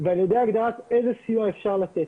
ועל ידי הגדרת איזה סיוע אפשר לתת,